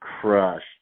crushed